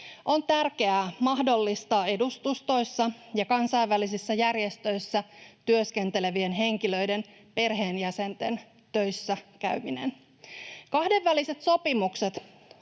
On tärkeää mahdollistaa edustustoissa ja kansainvälisissä järjestöissä työskentelevien henkilöiden perheenjäsenten töissäkäyminen. Kahdenväliset sopimukset